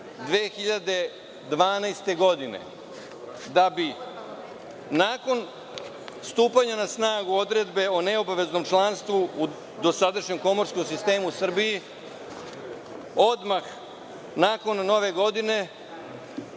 2012. godine, da bi nakon stupanja na snagu Odredbe o neobaveznom članstvu u dosadašnjem komorskom sistemu u Srbiji, odmah nakon Nove godine,